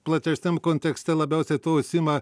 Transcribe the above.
platesniam kontekste labiausiai tuo užsiima